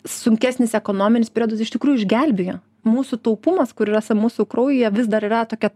sunkesnis ekonominis priedus iš tikrųjų išgelbėjo mūsų taupumas kur ir esą mūsų kraujyje vis dar yra tokia